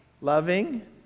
loving